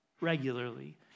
regularly